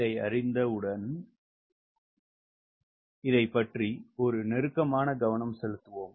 இதை அறிந்தவுடன் இதைப் பற்றி ஒரு நெருக்கமான கவனம் செலுத்துவோம்